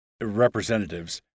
representatives